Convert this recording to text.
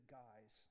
guys